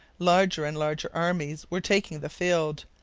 larger and larger armies were taking the field,